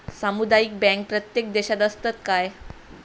सामुदायिक बँक प्रत्येक देशात असतत काय?